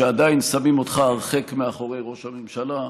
שעדיין שמים אותך הרחק מאחורי ראש הממשלה,